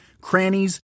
crannies